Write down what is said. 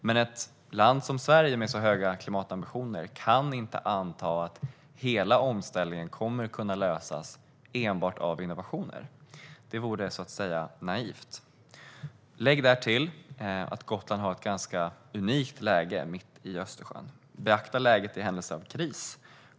Men ett land som Sverige med så höga klimatambitioner kan inte anta att hela omställningen kommer att kunna genomföras med enbart innovationer. Det vore naivt. Lägg därtill att Gotland har ett unikt läge mitt i Östersjön, och beakta läget i händelse av kris.